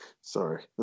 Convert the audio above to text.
Sorry